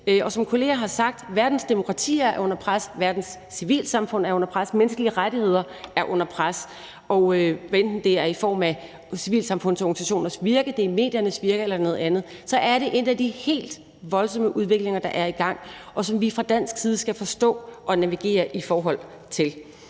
Som kolleger har sagt, er verdens demokratier under pres, verdens civilsamfund er under pres, menneskerettighederne er under pres. Hvad enten det er i form af civilsamfundsorganisationernes virke, mediernes virke eller noget andet, er det en af de helt voldsomme udviklinger, der er i gang, og som vi fra dansk side skal forstå og navigere i forhold til.